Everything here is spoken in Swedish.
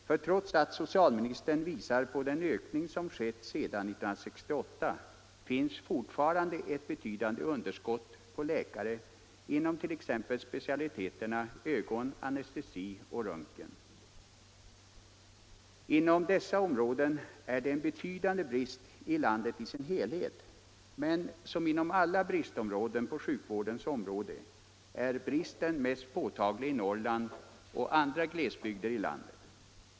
För trots att socialministern visar på den ökning som skett sedan 1968, finns fortfarande ett betydande underskott på läkare inom t.ex. specialiteterna ögon, anestesi och röntgen. Inom dessa specialiteter är det en betydande brist i landet i sin helhet, men som inom alla bristområden när det gäller sjukvården är bristen mest påtaglig i Norrland och andra glesbygder i landet.